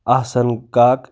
آسَن کاک